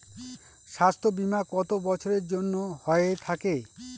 স্বাস্থ্যবীমা কত বছরের জন্য হয়ে থাকে?